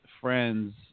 friends